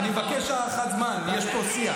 אני מבקש הארכת זמן, יש פה שיח.